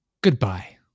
Goodbye